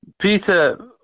Peter